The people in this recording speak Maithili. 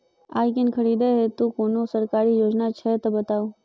आइ केँ खरीदै हेतु कोनो सरकारी योजना छै तऽ बताउ?